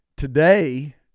today